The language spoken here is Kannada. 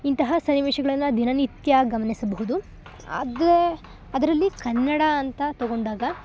ಇಂತಹ ಸನ್ನಿವೇಶಗಳನ್ನು ದಿನನಿತ್ಯ ಗಮನಿಸಬಹುದು ಅದೇ ಅದರಲ್ಲಿ ಕನ್ನಡ ಅಂತ ತಗೊಂಡಾಗ